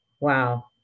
Wow